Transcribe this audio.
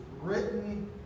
written